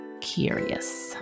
curious